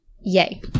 Yay